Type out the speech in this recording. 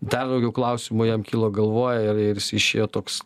dar daugiau klausimų jam kilo galvoj ir ir jis išėjo toks